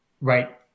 Right